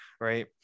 Right